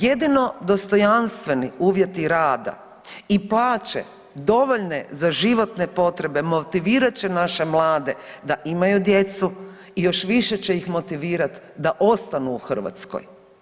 Jedino dostojanstveni uvjeti rada i plaće dovoljne za životne potrebe motivirat će naše mlade da imaju djecu i još više će ih motivirat da ostanu u Hrvatskoj.